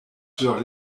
sur